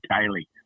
daily